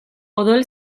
odol